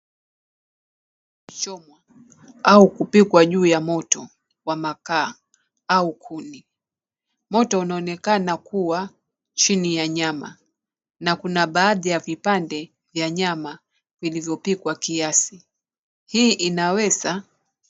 Kuchomwa au kupikwa juu ya moto wa makaa au kuni. Moto unonekana kuwa chini ya nyama na kuna baadhi ya vipande ya nyama vilivyopikwa kiasi. Hii inaweza...